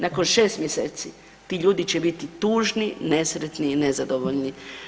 Nakon 6 mjeseci ti ljudi će biti tužni, nesretni i nezadovoljni.